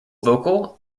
vocal